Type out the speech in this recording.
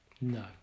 No